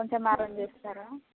కొంచెం అరేంజ్ చేస్తారా